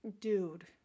dude